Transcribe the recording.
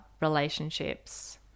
relationships